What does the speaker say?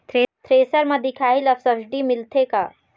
Thresher म दिखाही ला सब्सिडी मिलथे का?